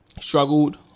struggled